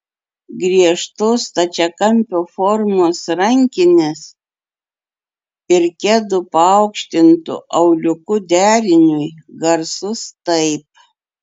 griežtos stačiakampio formos rankinės ir kedų paaukštintu auliuku deriniui garsus taip